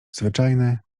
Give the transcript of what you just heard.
zwyczajne